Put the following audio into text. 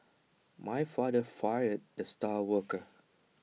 my father fired the star worker